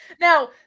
Now